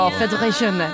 federation